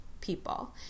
people